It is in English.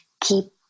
keep